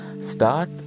start